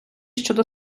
щодо